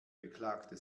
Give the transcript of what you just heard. beklagte